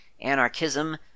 anarchism